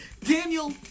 Daniel